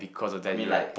I mean like